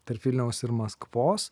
tarp vilniaus ir maskvos